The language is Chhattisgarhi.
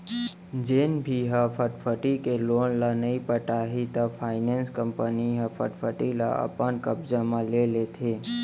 जेन भी ह फटफटी के लोन ल नइ पटाही त फायनेंस कंपनी ह फटफटी ल अपन कब्जा म ले लेथे